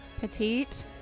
Petite